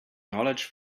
knowledge